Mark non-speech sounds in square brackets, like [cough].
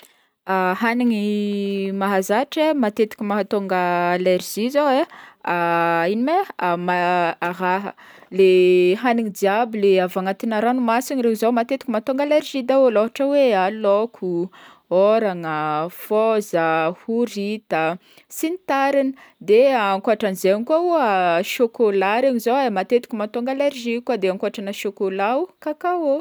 [hesitation] Hagniny mahazatry matetiky mahatonga [hesitation] allergie e zao e, [hesitation] ino ma e [hesitation] araha - le [hesitation] hagniny jiaby le avy agnatina ranomasina reo zao mahatonga allergie daholo, ôhatra hoe [hesitation] laoko, hôragna, fôza, horita sy ny tariny, de [hesitation] ankotran'zegny koa [hesitation] chocolat regny zao matetiky mahatonga allergie koa, de ankotran'i ery chocolat o cacao.